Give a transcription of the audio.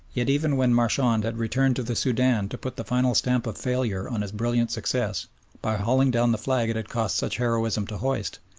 yet even when marchand had returned to the soudan to put the final stamp of failure on his brilliant success by hauling down the flag it had cost such heroism to hoist,